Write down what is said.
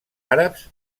àrabs